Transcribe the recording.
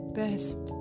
best